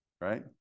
right